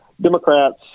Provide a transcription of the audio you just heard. Democrats